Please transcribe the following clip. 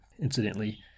incidentally